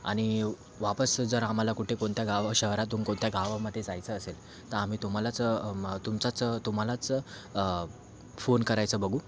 आणि वापस जर आम्हाला कुठे कोणत्या गावा शहरातून कोणत्या गावामध्ये जायचं असेल तर आम्ही तुम्हालाच तुमचाच तुम्हालाच फोन करायचं बघू